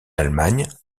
allemagne